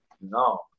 no